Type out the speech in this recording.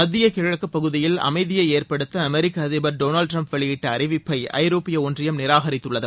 மத்திய கிழக்கு பகுதியில் அமைதியை ஏற்படுத்த அமெரிக்க அதிபர் டொனால்டு டிரம்ப் வெளியிட்ட அறிவிப்பை ஐரோப்பிய ஒன்றியம் நிராகரித்துள்ளது